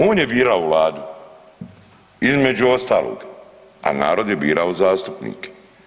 On je birao Vladu između ostalog, a narod je birao zastupnike.